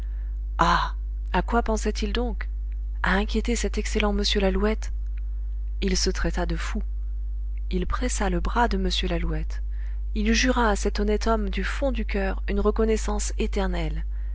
à quoi pensait-il donc a inquiéter cet excellent m lalouette il se traita de fou il pressa le bras de m lalouette il jura à cet honnête homme du fond du coeur une reconnaissance éternelle